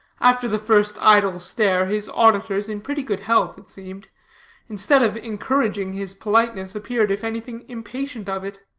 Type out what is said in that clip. after the first idle stare, his auditors in pretty good health, it seemed instead of encouraging his politeness, appeared, if anything, impatient of it